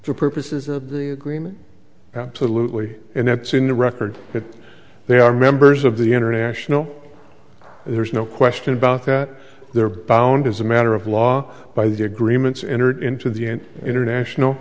for purposes of the agreement absolutely and it's in the record that they are members of the international there's no question about that they're bound as a matter of law by the agreements entered into the an international